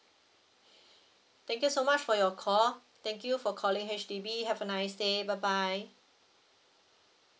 thank you so much for your call thank you for calling H_D_B have a nice day bye bye